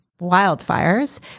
wildfires